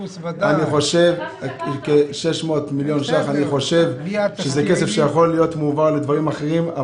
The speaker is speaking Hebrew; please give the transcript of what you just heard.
יש לומר שזה כסף שיכול להיות מועבר לדברים אחרים.